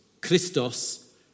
Christos